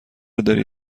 داری